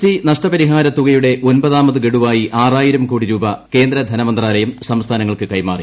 T നഷ്ടപരിഹാരത്തുകയുടെ ഒൻപതാമത് ഗഡുവായി ആറായിരം കോടി രൂപ കേന്ദ്ര ധനമന്ത്രാലയം സംസ്ഥാനങ്ങൾക്ക് കൈമാറി